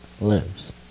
lives